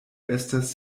estas